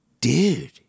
Dude